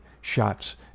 shots